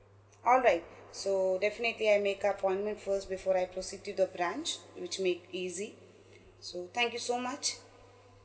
all right so definitely I'll make a appointment first before I proceed to the branch which make easy so thank you so much